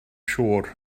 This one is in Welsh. siŵr